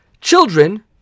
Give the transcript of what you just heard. children